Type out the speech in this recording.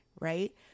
right